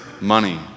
Money